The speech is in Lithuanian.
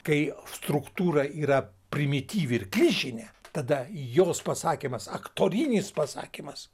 kai struktūra yra primityvi ir klišinė tada jos pasakymas aktorinis pasakymas